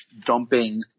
dumping